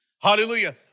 Hallelujah